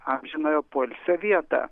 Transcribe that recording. amžinojo poilsio vietą